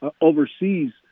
overseas